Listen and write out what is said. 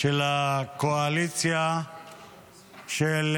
של הקואליציה של